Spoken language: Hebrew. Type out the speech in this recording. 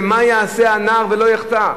מה יעשה הנער ולא יחטא?